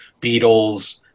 Beatles